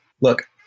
look